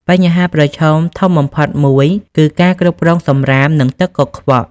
បញ្ហាប្រឈមធំបំផុតមួយ គឺការគ្រប់គ្រងសំរាមនិងទឹកកខ្វក់។